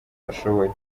ashoboye